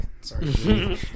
Sorry